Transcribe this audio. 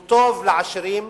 הוא טוב לעשירים.